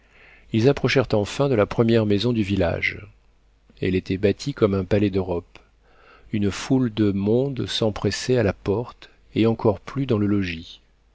ils approchèrent enfin de la première maison du village elle était bâtie comme un palais d'europe une foule de monde s'empressait à la porte et encore plus dans le logis